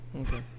Okay